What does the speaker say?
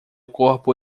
corpo